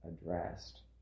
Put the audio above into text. addressed